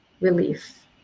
relief